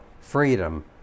freedom